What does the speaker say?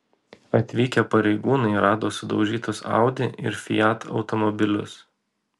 atvykę pareigūnai rado sudaužytus audi ir fiat automobilius